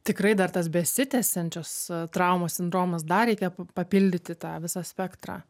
tikrai dar tas besitęsiančios traumos sindromas dar reikia papildyti tą visą spektrą